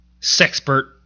sexpert